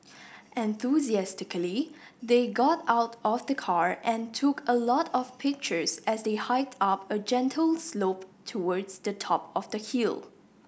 enthusiastically they got out of the car and took a lot of pictures as they hiked up a gentle slope towards the top of the hill